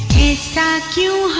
vacuum